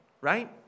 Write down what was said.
right